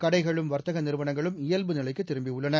கடைகளும் வர்த்தகநிறுவனங்களும் இயல்புநிலைக்குதிரும்பியுள்ளன